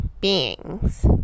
beings